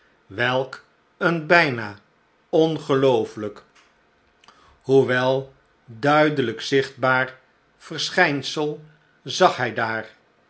welk een bijna ongeloofelijk hoewel duidelijk zichtbaar verschijnsel zag hij daar